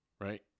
Right